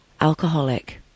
alcoholic